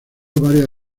varias